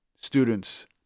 students